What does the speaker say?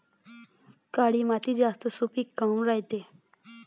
काळी माती जास्त सुपीक काऊन रायते?